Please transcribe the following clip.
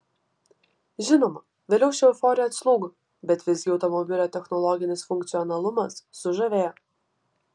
žinoma vėliau ši euforija atslūgo bet visgi automobilio technologinis funkcionalumas sužavėjo